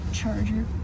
charger